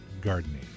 gardening